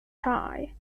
tie